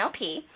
NLP